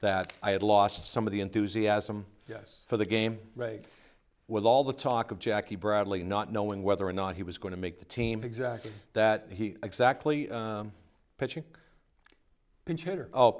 that i had lost some of the enthusiasm yes for the game reg with all the talk of jackie bradley not knowing whether or not he was going to make the team exactly that he exactly